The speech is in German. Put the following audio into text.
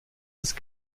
ist